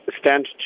stand